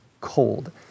cold